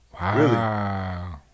Wow